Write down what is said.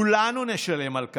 וכולנו נשלם על כך.